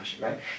right